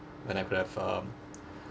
when I could have um